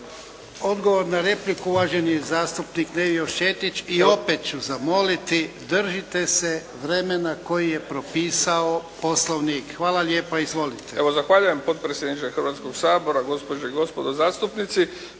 Odgovor na repliku, uvaženi zastupnik Nevio Šetić. I opet ću zamoliti, držite se vremena koje je propisao Poslovnik. Hvala lijepa. Izvolite. **Šetić, Nevio (HDZ)** Evo zahvaljujem potpredsjedniče Hrvatskoga sabora, gospođe i gospodo zastupnici.